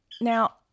now